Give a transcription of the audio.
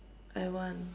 I want